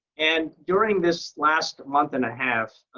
and during this last month and a half,